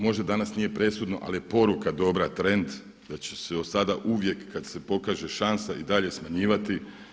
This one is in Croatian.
Možda danas nije presudno, ali je poruka dobra, trend da će se od sada uvijek kada se pokaže šansa i dalje smanjivati.